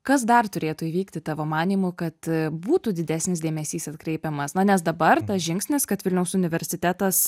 kas dar turėtų įvykti tavo manymu kad būtų didesnis dėmesys atkreipiamas na nes dabar tas žingsnis kad vilniaus universitetas